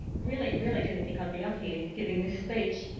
really, really didn't think i'd be up here giving this speech.